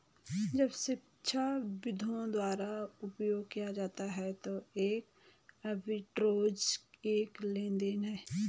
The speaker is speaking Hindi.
जब शिक्षाविदों द्वारा उपयोग किया जाता है तो एक आर्बिट्रेज एक लेनदेन है